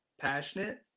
passionate